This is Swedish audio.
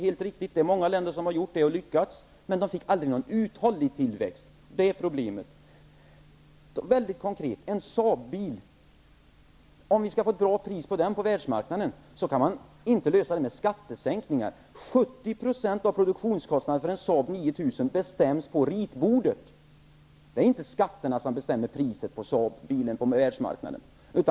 Det är många länder som har gjort det och lyckats. Men de fick aldrig någon uthållig tillväxt -- det är problemet. Mycket konkret: Om vi på världsmarknaden skall få ett bra pris på en Saab-bil, så kan man inte ordna det med skattesänkningar. 70 % av produktionskostnaden för en Saab 9000 bestäms på ritbordet. Det är inte skatterna som bestämmer priset på Saab-bilen på världsmarknaden.